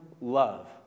love